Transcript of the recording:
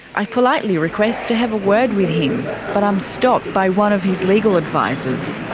i politely request to have a word with but i'm stopped by one of his legal advisors,